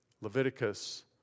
Leviticus